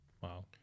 Wow